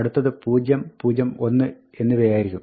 അടുത്തത് 0 0 1 എന്നിവയായിരിക്കും